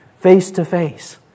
face-to-face